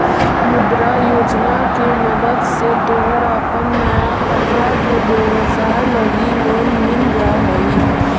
मुद्रा योजना के मदद से तोहर अपन नया कपड़ा के व्यवसाए लगी लोन मिल जा हई